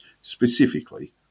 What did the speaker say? specifically